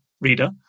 reader